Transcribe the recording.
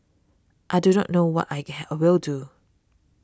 I do not know what I can I will do